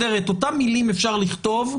את אותן מילים אפשר לכתוב,